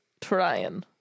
trying